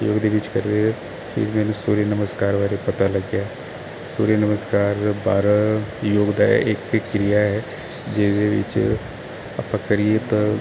ਯੋਗ ਦੇ ਵਿਚ ਪਹਿਲੇ ਕੀ ਮੈਨੂੰ ਸੂਰਿਆ ਨਮਸਕਾਰ ਬਾਰੇ ਪਤਾ ਲੱਗਿਆ ਸੂਰਿਆ ਨਮਸਕਾਰ ਭਾਰ ਯੋਗ ਦਾ ਇਕੀ ਕਿਰਿਆ ਹੈ ਜਿਹਦੇ ਵਿੱਚ ਆਪਾਂ ਕਰੀਏ ਤਾਂ